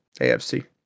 AFC